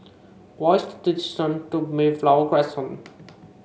what is the distance to Mayflower Crescent